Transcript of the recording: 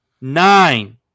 Nine